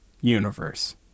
Universe